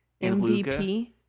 mvp